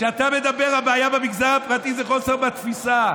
כשאתה מדבר על הבעיה במגזר הפרטי זה חוסר בתפיסה.